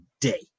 day